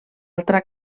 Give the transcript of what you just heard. altra